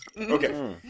okay